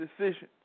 decisions